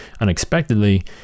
unexpectedly